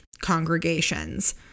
congregations